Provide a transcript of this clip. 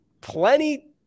plenty